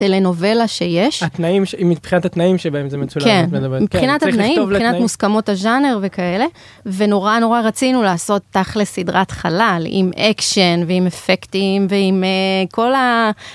טלנובלה שיש, התנאים, מבחינת התנאים שבהם זה מצולם את מדברת, כן, מבחינת התנאים, צריך לכתוב לתנאים, מבחינת מוסכמות הז'אנר וכאלה ונורא נורא רצינו לעשות תכל'ס סדרת חלל עם אקשן ועם אפקטים ועם כל ה...